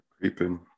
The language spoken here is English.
Creeping